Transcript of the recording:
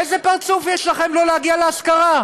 איזה פרצוף יש לכם לא להגיע לאזכרה?